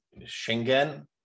Schengen